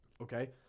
Okay